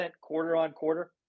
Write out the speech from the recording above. quarter-on-quarter